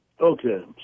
Okay